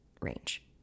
range